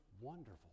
wonderful